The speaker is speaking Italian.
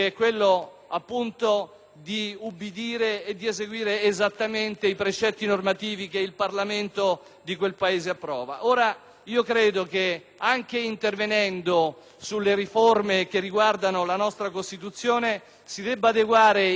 di ubbidire ed eseguire esattamente i precetti normativi che il Parlamento di quel Paese approva. Anche intervenendo sulle riforme che riguardano la nostra Costituzione, ritengo che si debbano adeguare i princìpi costituzionali